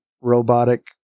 robotic